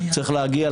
צריך להגיע,